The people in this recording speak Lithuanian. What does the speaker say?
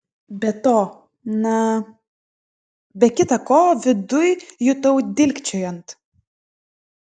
be to na be kita ko viduj jutau dilgčiojant